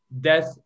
death